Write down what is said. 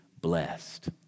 blessed